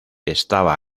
estaba